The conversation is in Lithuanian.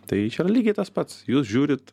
tai čia yra lygiai tas pats jūs žiūrit